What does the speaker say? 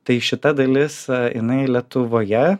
tai šita dalis jinai lietuvoje